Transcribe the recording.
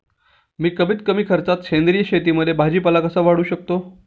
मी कमीत कमी खर्चात सेंद्रिय शेतीमध्ये भाजीपाला कसा वाढवू शकतो?